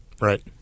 Right